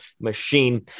machine